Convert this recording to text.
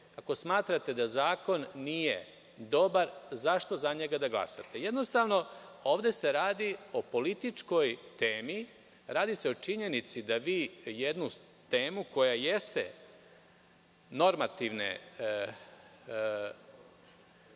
ako smatrate da zakon nije dobar, zašto za njega da glasate. Jednostavno, ovde se radi o političkoj temi, o činjenici da vi jednu temu koja jeste normativne